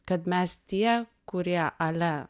kad mes tie kurie ale